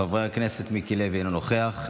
חברי הכנסת מיקי לוי, אינו נוכח.